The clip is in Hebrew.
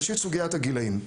ראשית, סוגיית הגילאים.